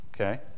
Okay